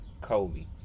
Kobe